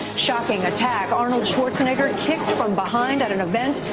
shocking attack. arnold schwarzenegger kicked from behind at an event.